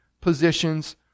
positions